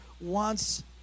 wants